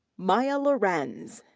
mya lorenz.